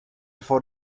for